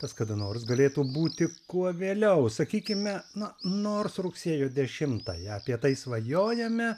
tas kada nors galėtų būti kuo vėliau sakykime na nors rugsėjo dešimtąją apie tai svajojame